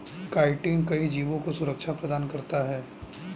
chitin कई जीवों को सुरक्षा प्रदान करता है